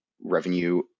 revenue